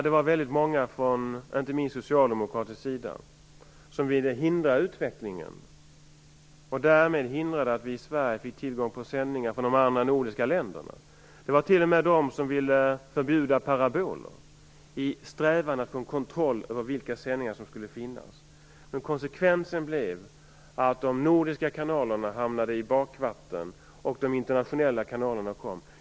Det var många, inte minst från socialdemokratisk sida, som ville hindra utvecklingen och därmed förhindrade att vi i Sverige fick tillgång till sändningar från de andra nordiska länderna. Det fanns t.o.m. de som ville förbjuda paraboler i strävan att få kontroll över vilka sändningar som skulle få finnas. Konsekvensen blev att de nordiska kanalerna hamnade i bakvatten och de internationella kanalerna kom.